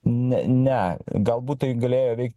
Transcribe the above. ne ne galbūt tai galėjo veikt